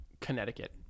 Connecticut